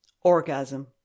Orgasm